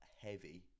heavy